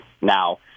Now